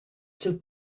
cha’l